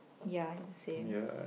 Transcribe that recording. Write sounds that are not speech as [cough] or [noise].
ya it's the same [noise]